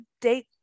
date